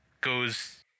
goes